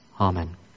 Amen